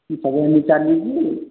ସବୁ ଏମିତି ଚାଲିଛି